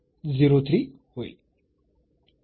01 03 होईल